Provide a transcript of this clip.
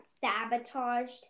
sabotaged